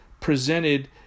presented